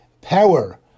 power